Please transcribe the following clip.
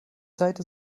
seite